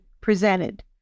presented